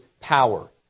power